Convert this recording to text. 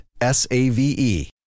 S-A-V-E